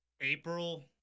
April